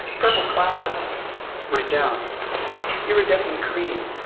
purple clouds my doubts iridescent cream,